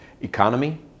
economy